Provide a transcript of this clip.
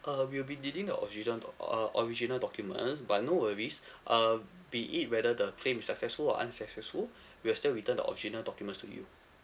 uh we'll be needing the original uh original documents but no worries uh be it whether the claim is successful or unsuccessful we will still return the original documents to you